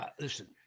Listen